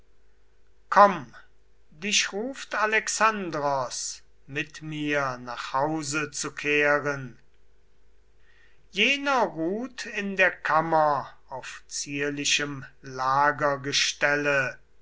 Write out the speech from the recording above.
komm dich ruft alexandros mit mir nach hause zu kehren jener ruht in der kammer auf zierlichem